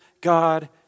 God